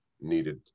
needed